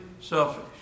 selfish